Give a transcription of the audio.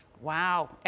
Wow